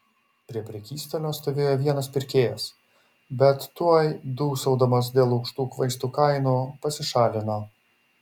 prie prekystalio stovėjo vienas pirkėjas bet tuoj dūsaudamas dėl aukštų vaistų kainų pasišalino